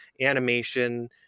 animation